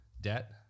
debt